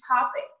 topic